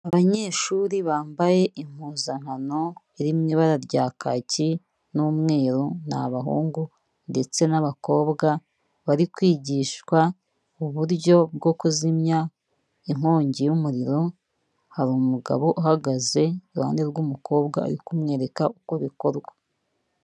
Abanyeshuri bambaye impuzankano iri mu ibara rya kaki n'umweru, ni abahungu ndetse n'abakobwa, bari kwigishwa uburyo bwo kuzimya inkongi y'umuriro, hari umugabo uhagaze iruhande rw'umukobwa ari kumwereka uko bikorwa.